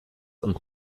und